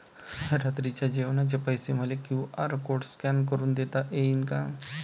रात्रीच्या जेवणाचे पैसे मले क्यू.आर कोड स्कॅन करून देता येईन का?